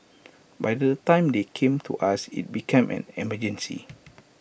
by the time they came to us IT has become an emergency